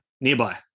nearby